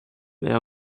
air